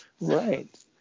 Right